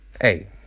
Hey